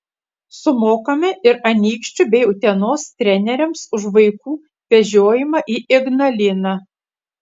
sumokame ir anykščių bei utenos treneriams už vaikų vežiojimą į ignaliną